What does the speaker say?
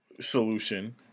solution